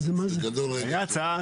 הייתה הצעה,